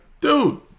dude